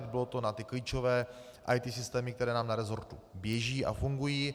Bylo to na klíčové IT systémy, které nám na resortu běží a fungují.